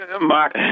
Mark